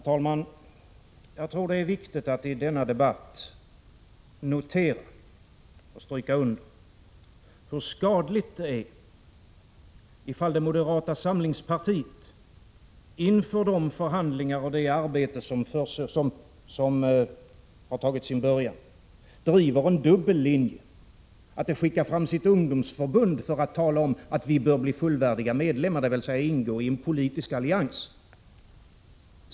Herr talman! Jag tror att det är viktigt att i denna debatt notera och stryka under hur skadligt det är ifall moderata samlingspartiet inför de förhandlingar och det arbete som har tagit sin början driver en dubbel linje. Man skickar fram sitt ungdomsförbund för att tala om att vi bör bli fullvärdiga medlemmar, dvs. att vi bör ingå i en politisk allians.